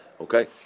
Okay